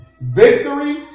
Victory